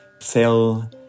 cell